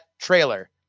trailer